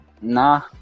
nah